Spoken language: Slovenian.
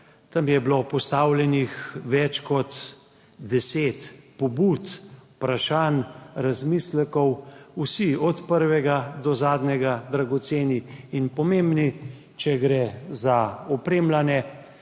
tam je bilo postavljenih več kot deset pobud, vprašanj, razmislekov, vsi od prvega do zadnjega so dragoceni in pomembni, če gre za opremljanje